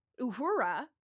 Uhura